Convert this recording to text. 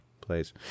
plays